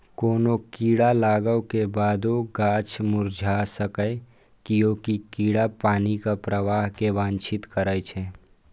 कोनो कीड़ा लागै के बादो गाछ मुरझा सकैए, कियैकि कीड़ा पानिक प्रवाह कें बाधित करै छै